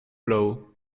blow